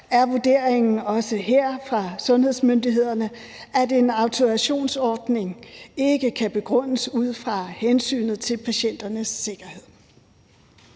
er vurderingen også her fra sundhedsmyndighederne, at en autorisationsordning ikke kan begrundes ud fra hensynet til patienternes sikkerhed.